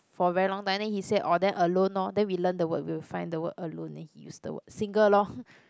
for a very long time then he say orh then alone lor then we learn the word we will find the word alone then he use the word single lor